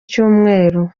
cyumweru